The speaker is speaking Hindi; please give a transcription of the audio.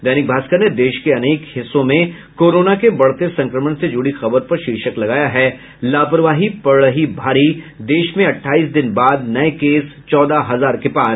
दैनिक भास्कर ने देश के अनेक हिस्सों में कोरोना के बढ़ते संक्रमण से जुड़ी खबर पर शीर्षक लगाया है लापरवाही पड़ रही भारी देश में अट्ठाईस दिन बाद नये केस चौदह हजार के पार